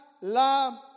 la